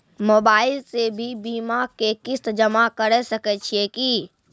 Mobile से भी बीमा के किस्त जमा करै सकैय छियै कि?